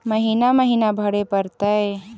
महिना महिना भरे परतैय?